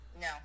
No